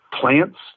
plants